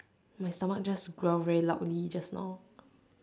my stomach just growl very loudly just now